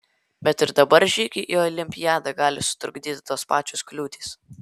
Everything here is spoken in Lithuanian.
bet ir dabar žygiui į olimpiadą gali sutrukdyti tos pačios kliūtys